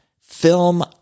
film